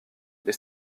les